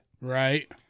Right